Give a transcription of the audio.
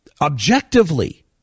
objectively